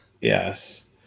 Yes